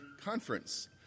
conference